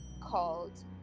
called